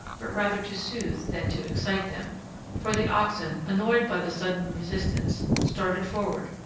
but rather to soothe than to excite them for the oxen, annoyed by the sudden resistance, started forward,